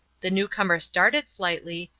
the new-comer started slightly,